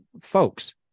Folks